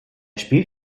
spielt